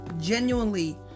genuinely